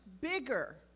bigger